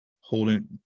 holding